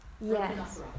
Yes